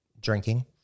drinking